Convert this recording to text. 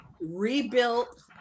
rebuilt